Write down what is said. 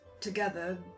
together